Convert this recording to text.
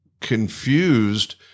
confused